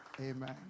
Amen